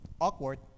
awkward